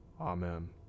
Amen